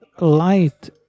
light